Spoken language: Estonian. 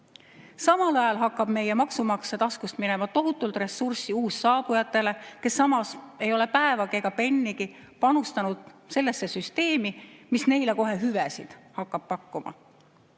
Samal ajal hakkab meie maksumaksja taskust minema tohutult ressurssi uussaabujatele, kes ei ole päevagi ega pennigi panustanud sellesse süsteemi, mis neile kohe hüvesid hakkab pakkuma.